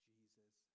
Jesus